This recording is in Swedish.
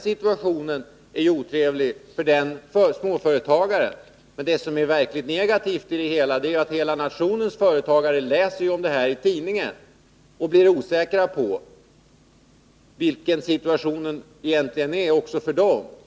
Situationen är otrevlig för den småföretagaren, men det som är verkligt negativt är att hela nationens företagare läser om detta i tidningarna och blir osäkra om vilka förhållanden som egentligen gäller, också för dem.